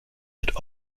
wird